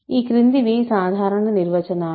ఈ క్రిందివి సాధారణ నిర్వచనాలు